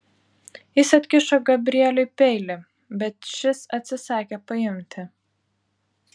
jis atkišo gabrieliui peilį bet šis atsisakė paimti